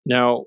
Now